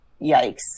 yikes